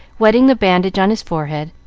wetting the bandage on his forehead,